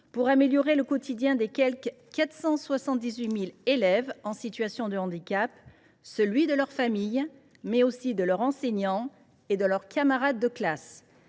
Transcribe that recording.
pour améliorer le quotidien des quelque 478 000 élèves en situation de handicap et de leur famille, mais aussi celui de leurs enseignants et de leurs camarades de classe.